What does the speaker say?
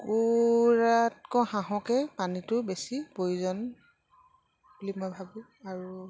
কুকুৰাতকে হাঁহকে পানীটো বেছি প্ৰয়োজন বুলি মই ভাবোঁ আৰু